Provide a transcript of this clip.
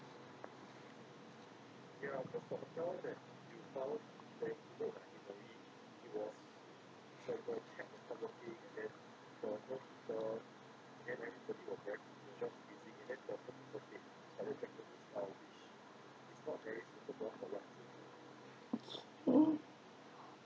mm